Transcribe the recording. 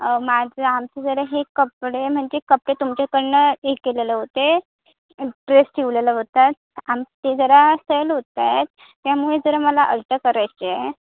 माझं आमचं जरा हे कपडे म्हणजे कपडे तुमच्याकडून हे केलेलं होते ड्रेस ठेवलेलं होतात आम ते जरा सैल होत आहेत त्यामुळे जरा मला अल्टर करायची आहे